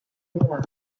war